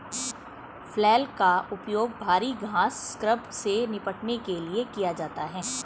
flail का उपयोग भारी घास स्क्रब से निपटने के लिए किया जाता है